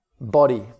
body